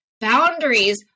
Boundaries